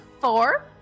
four